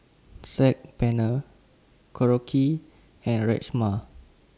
Saag Paneer Korokke and Rajma